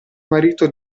marito